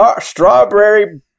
strawberry